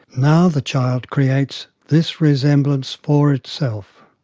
now the child creates this resemblance for itself.